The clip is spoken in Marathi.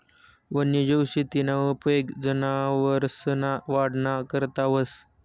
वन्यजीव शेतीना उपेग जनावरसना वाढना करता व्हस